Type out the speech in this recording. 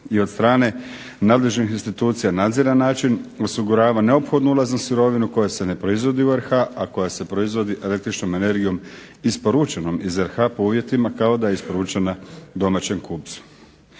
i od strane nadležnih institucije nadziran način osigurava neophodnu ulaznu sirovinu koja se ne proizvodi u RH a koja se proizvodi električnom energijom isporučenom iz RH po uvjetima kao da je isporučena domaćem kupcu.